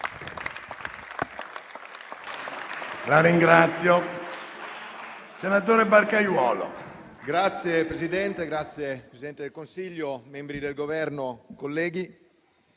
Signor Presidente, signora Presidente del Consiglio, membri del Governo, colleghi,